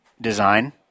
design